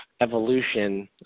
evolution